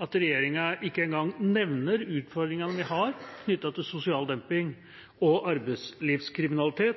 at regjeringa ikke med ett ord engang nevner utfordringene vi har knyttet til sosial dumping og arbeidslivskriminalitet